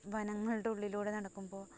വനങ്ങളുടെ ഉള്ളിലൂടെ നടക്കുമ്പോൾ